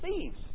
thieves